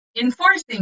enforcing